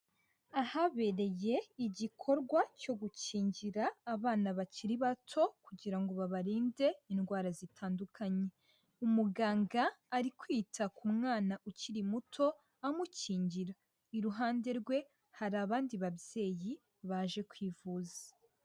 Ahabereye igikorwa cyo gukingira abana bakiri bato kugira ngo babarinde indwara zitandukanye. Umuganga ari kwita ku mwana ukiri muto amukingira. Iruhande rwe hari abandi babyeyi baje kwivuza.